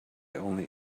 only